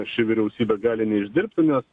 ši vyriausybė gali neišdirbti nes